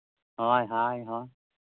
ᱦᱳᱭ ᱦᱳᱭ ᱦᱳᱭ